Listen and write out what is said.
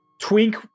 Twink